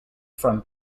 from